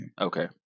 Okay